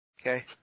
Okay